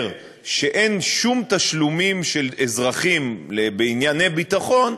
שאין שום תשלומים של אזרחים בענייני ביטחון,